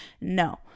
no